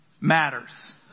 matters